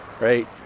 right